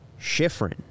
Schifrin